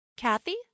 Kathy